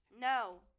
no